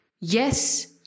yes